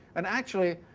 and actually,